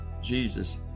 Jesus